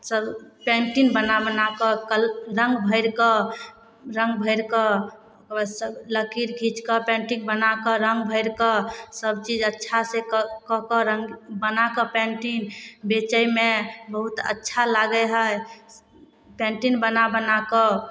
सब पेंटिंग बना बनाकऽ कल रङ्ग भरिकऽ रङ्ग भरिकऽ ओकरा बादसँ लकीर खीचकऽ पेंटिंग बनाकऽ रङ्ग भरिकऽ सब चीज अच्छासँ कऽके रङ्ग बनाके पेंटिंग बेचयमे बहुत अच्छा लागै है पेंटिंग बना बना कऽ